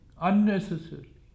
unnecessarily